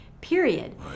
period